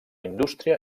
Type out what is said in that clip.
indústria